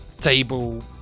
table